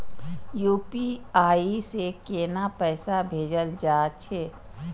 UPI से केना पैसा भेजल जा छे?